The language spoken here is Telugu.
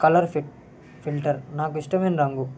కలర్ ఫి ఫిల్టర్ నాకు ఇష్టమైన రంగు